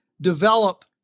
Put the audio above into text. develop